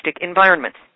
environments